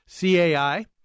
CAI